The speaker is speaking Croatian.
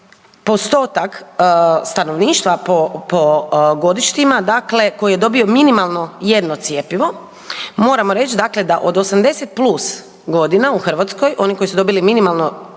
postotak stanovništva po godištima, dakle koji je dobio minimalno jedno cjepivo, moram reći dakle da od 80+ godina u Hrvatskoj, oni koji su dobili minimalno jedno